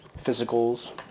physicals